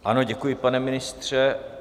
Ano, děkuji, pane ministře.